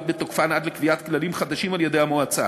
בתוקפן עד לקביעת כללים חדשים על-ידי המועצה.